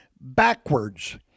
backwards